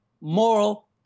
moral